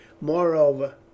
moreover